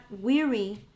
weary